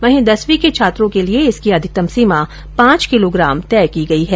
वहीं दसवीं के छात्रों के लिये इसकी अधिकतम सीमा पांच किलोग्राम तय की गई हैं